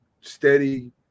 steady